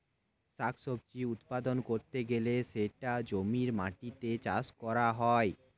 শাক সবজি উৎপাদন করতে গেলে সেটা জমির মাটিতে চাষ করা হয়